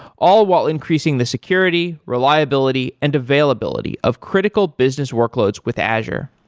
all while increasing the security, reliability and availability of critical business workloads with azure.